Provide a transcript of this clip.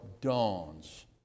dawns